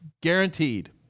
Guaranteed